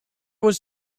was